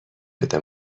بده